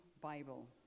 Bible